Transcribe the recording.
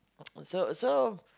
so so